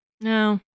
No